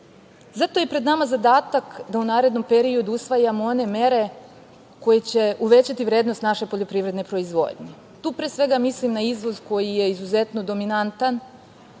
Zato je pred nama zadatak da u narednom periodu usvajamo one mere koje će uvećati vrednost naše poljoprivredne proizvodnje. Tu pre svega mislim na izvoz koji je izuzetno dominantan,